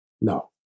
No